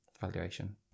valuation